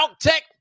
tech